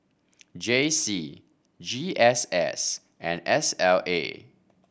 J C G S S and S L A